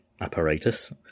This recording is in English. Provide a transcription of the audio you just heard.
apparatus